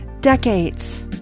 decades